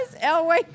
Elway